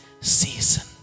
season